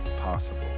possible